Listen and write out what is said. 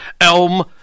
Elm